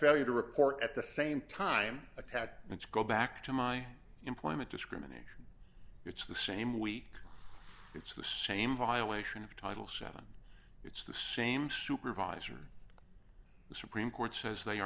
failure to report at the same time attack it's go back to my employment discrimination it's the same week it's the same violation of title seven it's the same supervisor the supreme court says they